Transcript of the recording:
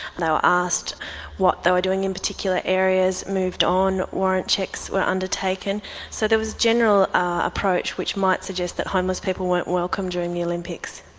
you know asked what they were doing in particular areas, moved on, warrant checks were undertaken so there was a general approach which might suggest that homeless people weren't welcome during the olympics.